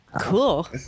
Cool